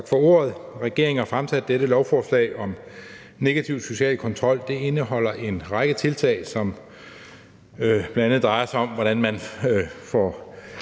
for ordet. Regeringen har fremsat dette lovforslag om negativ social kontrol, og det indeholder en række tiltag, som bl.a. drejer sig om, hvordan man laver